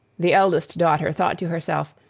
the eldest daughter thought to herself,